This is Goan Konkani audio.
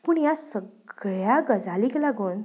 पूण ह्या सगळ्या गजालींक लागून